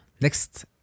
next